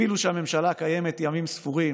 אפילו שהממשלה קיימת ימים ספורים,